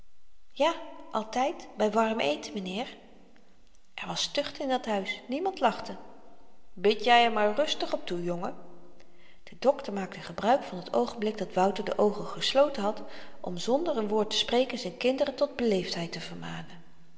ja altyd by warm eten m'nheer er was tucht in dat huis niemand lachte bid jy er maar gerust op toe jongen de dokter maakte gebruik van t oogenblik dat wouter de oogen gesloten had om zonder n woord te spreken z'n kinderen tot beleefdheid te vermanen